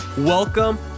Welcome